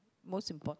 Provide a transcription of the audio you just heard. most important